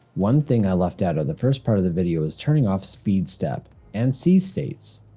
one thing i left out of the first part of the video is turning off speedstep and c-states.